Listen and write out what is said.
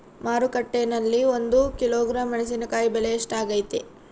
ಮಾರುಕಟ್ಟೆನಲ್ಲಿ ಒಂದು ಕಿಲೋಗ್ರಾಂ ಮೆಣಸಿನಕಾಯಿ ಬೆಲೆ ಎಷ್ಟಾಗೈತೆ?